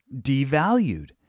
devalued